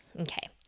Okay